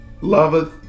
loveth